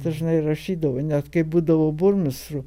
dažnai rašydavo net kai būdavo burmistru